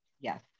yes